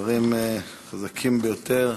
דברים חזקים ביותר.